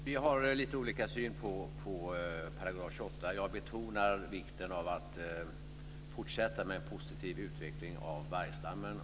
Fru talman! Vi har lite olika syn på § 28. Jag betonar vikten av att fortsätta med en positiv utveckling av vargstammen.